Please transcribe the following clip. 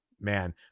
man